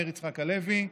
מאיר יצחק הלוי,